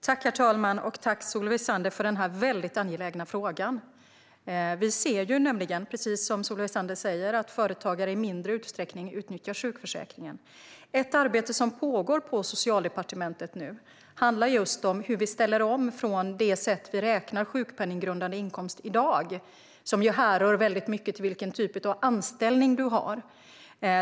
Herr talman! Tack, Solveig Zander, för denna väldigt angelägna fråga! Vi ser nämligen, precis som Solveig Zander säger, att företagare i mindre utsträckning utnyttjar föräldraförsäkringen. Ett arbete som nu pågår på Socialdepartementet handlar just om hur vi ställer om från det sätt på vilket vi i dag räknar ut sjukpenninggrundande inkomst, som väldigt mycket hänger samman med vilken typ av anställning du har.